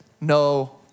no